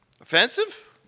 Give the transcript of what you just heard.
Offensive